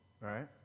right